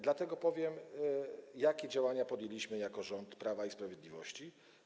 Dlatego powiem, jakie działania podjęliśmy jako rząd Prawa i Sprawiedliwości.